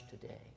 today